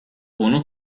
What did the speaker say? onu